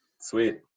Sweet